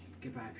goodbye